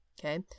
Okay